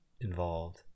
involved